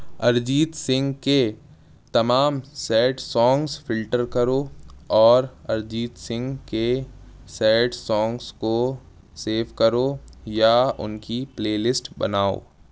ارجیت سنگھ کے تمام sad songs filter کرو اور ارجیت سنگھ کے سیڈ سانگس کو سیو کرو یا ان کی پلے لسٹ بناؤ